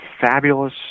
fabulous